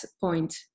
point